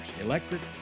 Electric